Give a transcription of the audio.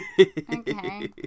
Okay